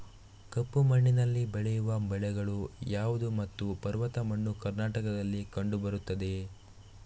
ಕಪ್ಪು ಮಣ್ಣಿನಲ್ಲಿ ಬೆಳೆಯುವ ಬೆಳೆಗಳು ಯಾವುದು ಮತ್ತು ಪರ್ವತ ಮಣ್ಣು ಕರ್ನಾಟಕದಲ್ಲಿ ಕಂಡುಬರುತ್ತದೆಯೇ?